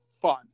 fun